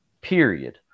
period